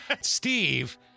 Steve